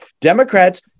Democrats